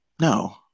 No